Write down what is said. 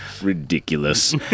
ridiculous